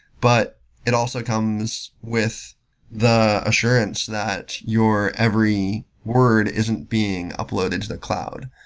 but it also comes with the assurance that your every word isn't being uploaded to the cloud,